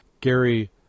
Gary